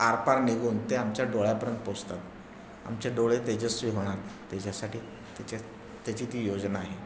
आरपार निघून ते आमच्या डोळ्यापर्यंत पोचतात आमच्या डोळे तेजस्वी होणार त्याच्यासाठी त्याच्या त्याची ती योजना आहे